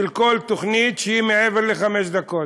של כל תוכנית שהיא מעבר לחמש דקות.